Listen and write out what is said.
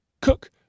Cook